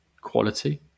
quality